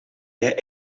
jij